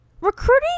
recruiting